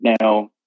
Now